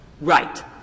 Right